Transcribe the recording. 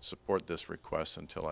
support this request until